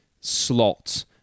slot